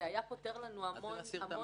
היה פותר לנו המון